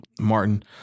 Martin